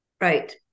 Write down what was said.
Right